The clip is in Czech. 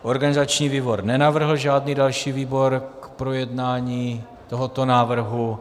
Organizační výbor nenavrhl žádný další výbor k projednání tohoto návrhu.